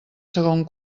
segon